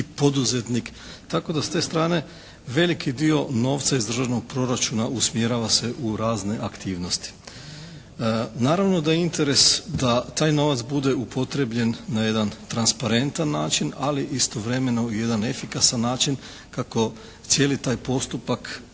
i poduzetnik. Tako da s te strane veliki dio novca iz državnog proračuna usmjerava se u razne aktivnosti. Naravno da je interes da taj novac bude upotrijebljen na jedan transparentan način ali istovremeno i jedan efikasan način kako cijeli taj postupak,